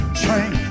train